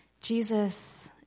Jesus